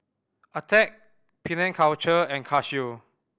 Attack Penang Culture and Casio